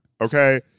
okay